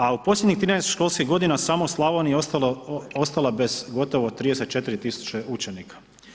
A u posljednjih 13 školskih godina samo u Slavoniji ostalo ostala bez gotovo 34 tisuće učenika.